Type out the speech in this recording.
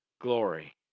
glory